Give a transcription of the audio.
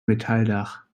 metalldach